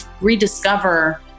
rediscover